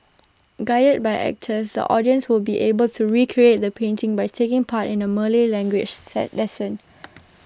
guided by actors the audience will be able to recreate the painting by taking part in A Malay languages lesson